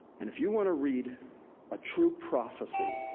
and if you wanna read a true prophecy,